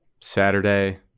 saturday